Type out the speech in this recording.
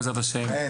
בשעה